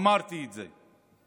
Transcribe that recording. אמרתי את זה.